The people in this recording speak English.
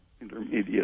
intermediate